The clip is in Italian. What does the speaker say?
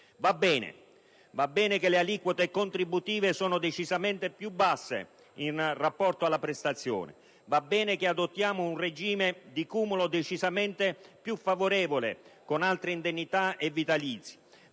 Va bene che le aliquote contributive sono decisamente più basse in rapporto alla prestazione; va bene che adottiamo un regime di cumulo decisamente più favorevole con altre indennità e vitalizi;